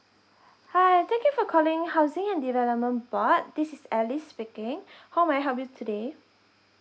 hi thank you for calling housing and development board this is alice speaking how may I help you today